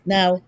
Now